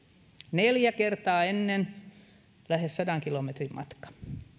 neljä kertaa sitä ennen lähes sadan kilometrin matka